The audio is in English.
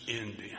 Indian